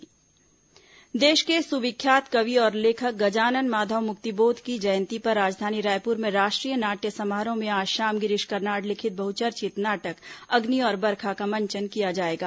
मुक्तिबोध राष्ट्रीय नाट्य समारोह देश के सुविख्यात कवि और लेखक गजानन माधव मुक्तिबोध की जयंती पर राजधानी रायपुर में राष्ट्रीय नाट्य समारोह में आज शाम गिरीश कर्नाड लिखित बहुचर्चित नाटक अग्नि और बरखा का मंचन किया जाएगा